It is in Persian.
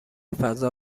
فضا